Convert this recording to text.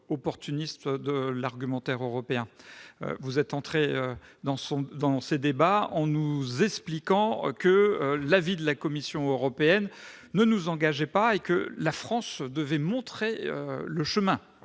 opportuniste de l'argument européen. Vous nous avez expliqué au début de ce débat que l'avis de la Commission européenne ne nous engageait pas et que la France devait montrer le chemin.